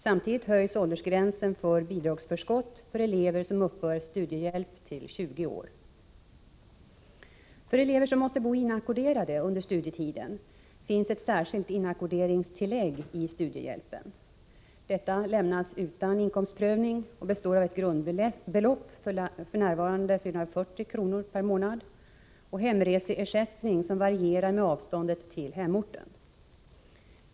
Samtidigt höjs åldersgränsen för bidragsförskott för elever som uppbär studiehjälp till 20 år. För elever som måste bo inackorderade under studietiden finns ett särskilt inackorderingstillägg i studiehjälpen. Detta lämnas utan inkomstprövning och består av ett grundbelopp, f.n. 440 kr./månad, och hemreseersättning, som varierar med avståndet till hemorten.